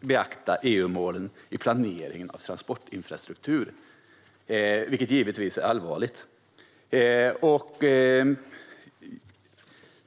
beakta EU-målen i planeringen av transportinfrastruktur, vilket givetvis är allvarligt.